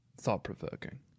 Thought-provoking